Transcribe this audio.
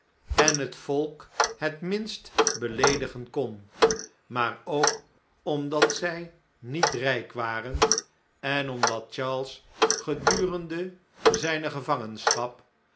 en het volk het minst beleedigen kon maar ook omdat zg niet rijk waren en omdat charles gedurende zyne